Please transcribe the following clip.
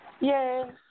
Yay